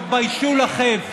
תתביישו לכם.